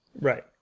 Right